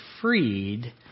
freed